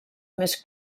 més